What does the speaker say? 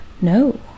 No